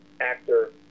actor